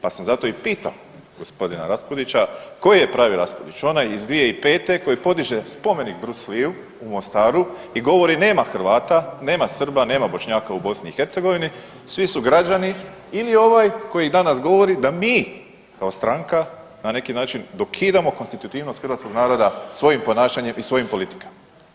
Pa sam zato i pitao g. Raspudića koji je pravi Raspudić onaj i 2005. koji podiže spomenik Brus Lee-u u Mostaru i govori nema Hrvata, nema Srba, nema Bošnjaka u BiH svi su građani ili ovaj koji danas govori da mi kao stranka na neki način dokidamo konstitutivnost hrvatskog naroda svojim ponašanjem i svojim politikama.